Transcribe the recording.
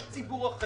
יש ציבור אחר,